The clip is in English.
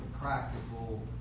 practical